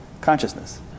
consciousness